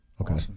Okay